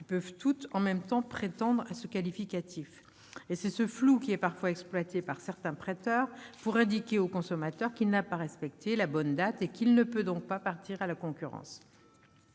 peuvent toutes en même temps prétendre à ce qualificatif. C'est ce flou qu'exploitent parfois certains prêteurs pour indiquer au consommateur qu'il n'a pas respecté la bonne date et qu'il ne peut donc pas rejoindre la concurrence.